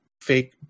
fake